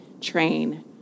train